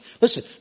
Listen